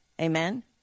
Amen